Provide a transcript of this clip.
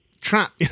trap